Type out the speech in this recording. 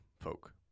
folk